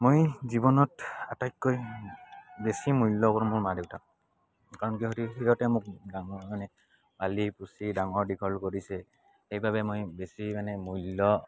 মই জীৱনত আটাইতকৈ বেছি মূল্য কৰোঁ মোৰ মা দেউতাক কাৰণ কি সিহঁতে মোক ডাঙৰ মানে পালি পুচি ডাঙৰ দীঘল কৰিছে সেইবাবে মই বেছি মানে মূল্য